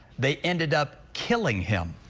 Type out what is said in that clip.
they ended up killing him.